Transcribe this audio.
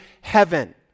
heaven